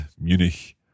Munich